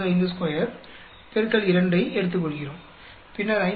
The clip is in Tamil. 952 X 2 ஐ எடுத்துக்கொள்கிறோம் பின்னர் 5